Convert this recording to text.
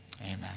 amen